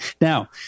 Now